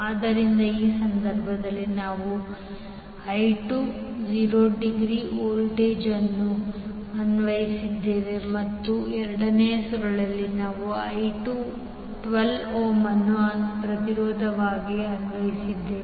ಆದ್ದರಿಂದ ಈ ಸಂದರ್ಭದಲ್ಲಿ ನಾವು 12∠0 is ವೋಲ್ಟೇಜ್ ಅನ್ನು ಅನ್ವಯಿಸಿದ್ದೇವೆ ಮತ್ತು ಎರಡನೇ ಸುರುಳಿಯಲ್ಲಿ ನಾವು 12 ಓಮ್ ಅನ್ನು ಪ್ರತಿರೋಧವಾಗಿ ಅನ್ವಯಿಸಿದ್ದೇವೆ